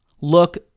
look